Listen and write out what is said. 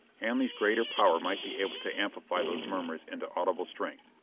hanley's greater power might be able to amplify those murmurs into audible strength.